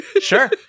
sure